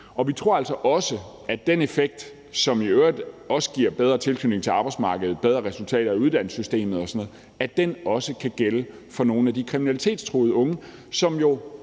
Vi tror altså også, at den effekt, som i øvrigt også giver bedre tilknytning til arbejdsmarkedet og bedre resultater i uddannelsessystemet og sådan noget, også kan gælde for nogle af de kriminalitetstruede unge, som